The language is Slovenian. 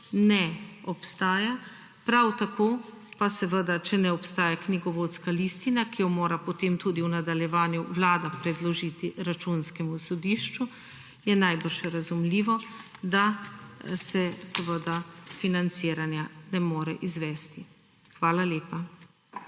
ne obstaja prav tako pa seveda, če ne obstaja knjigovodska listina, ki jo mora, potem tudi v nadaljevanju Vlada predložili Računskemu sodišču je najbrž razumljivo, da se seveda financiranja ne more izvesti. Hvala lepa.